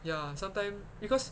ya sometime because